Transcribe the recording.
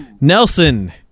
Nelson